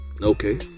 Okay